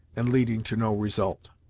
and leading to no result.